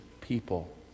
people